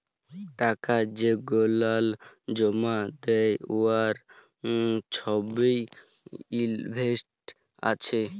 টাকা যেগলাল জমা দ্যায় উয়ার ছবই ইলভয়েস আছে